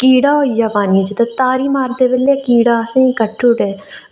कीड़ा होई जा पानी बिच्च ते तारी मारदे बेल्लै कीड़ा असेंगी कट्टी ओड़ै